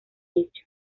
hecho